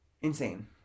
Insane